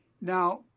Now